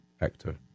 actor